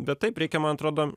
bet taip reikia man atrodo